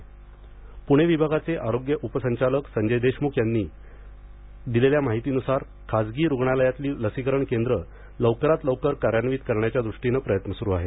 पूर्णे विभागाचे आरोग्य उपसंचालक संजय देशमुख यांनी दिलेल्या माहितीनुसार खासगी रुग्णालयातील लसीकरण केंद्र लवकरात लवकर कार्यान्वित करण्याच्या दृष्टीने प्रयत्न सुरु आहेत